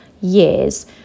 years